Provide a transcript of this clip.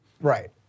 Right